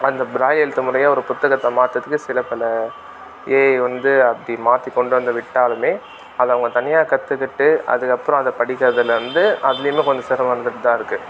அந்த பிராய்லி எழுத்து முறையை ஒரு புத்தகத்தை மாத்துகிறதுக்கு சில பல ஏஐ வந்து அப்படி மாற்றிக் கொண்டு வந்து விட்டாலுமே அதை அவங்க தனியாக கற்றுக்கிட்டு அதுக்கப்புறம் அதை படிக்கிறதில் வந்து அதிலையுமே கொஞ்சம் சிரமம் வந்துகிட்டு தான் இருக்குது